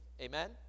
Amen